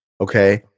Okay